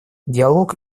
диалог